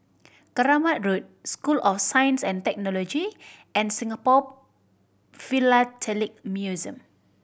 Keramat Road School of Science and Technology and Singapore Philatelic Museum